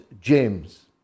James